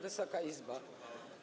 Wysoka Izbo!